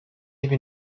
even